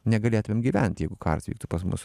negalėtumėm gyvent jeigu karas vyktų pas mus